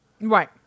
Right